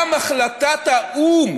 גם החלטת האו"ם